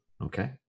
okay